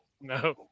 No